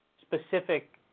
specific